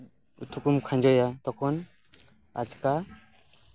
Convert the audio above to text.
ᱩᱛᱩ ᱠᱚᱢ ᱠᱷᱟᱡᱚᱭᱟ ᱛᱚᱠᱷᱚᱱ ᱟᱪᱠᱟ